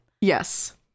yes